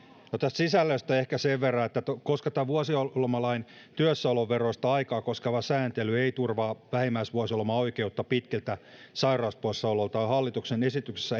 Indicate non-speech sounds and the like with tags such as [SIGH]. sisällöstä ehkä sen verran että koska vuosilomalain työssäolon veroista aikaa koskeva sääntely ei turvaa vähimmäisvuosilomaoikeutta pitkiltä sairauspoissaoloilta on hallituksen esityksessä [UNINTELLIGIBLE]